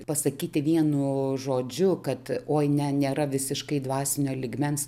pasakyti vienu žodžiu kad oi ne nėra visiškai dvasinio lygmens